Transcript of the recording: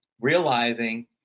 realizing